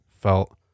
felt